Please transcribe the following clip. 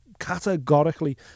Categorically